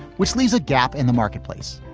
which leaves a gap in the marketplace.